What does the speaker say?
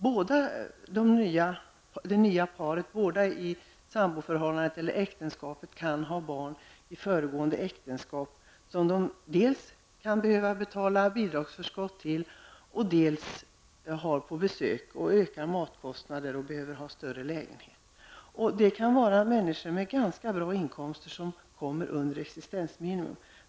Båda i det nya samboförhållandet eller äktenskapet kan ha barn i föregående äktenskap som de dels kan behöva betala bidragsförskott till, dels har på besök, något som ökar matkostnaden och gör att man har behov en större lägenhet. Människor med ganska bra inkomster kan komma under existensminimum.